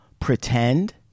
pretend